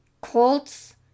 Colts